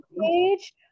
page